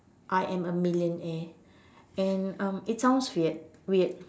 I am a millionaire and um it sounds weird weird